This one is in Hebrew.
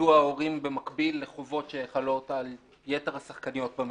יידוע הורים במקביל לחובות שחלות על יתר השחקניות במשק.